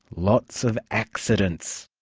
lots of accidents.